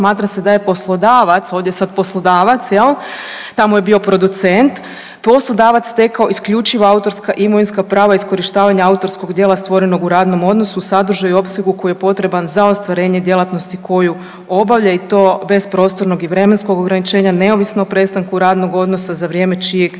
smatra se da je poslodavac, ovdje je sad poslodavac jel, tamo je bio producent poslodavac stekao isključivo autorska imovinska prava iskorištavanja autorskog djela stvorenog u radnom odnosu, sadržaju u opsegu koji je potreban za ostvarenje djelatnosti koju obavlja i to bez prostornog i vremenskog ograničenja neovisno o prestanku radnog odnosa za vrijeme čijeg